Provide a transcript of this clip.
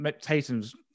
Tatum's